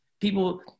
People